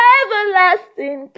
everlasting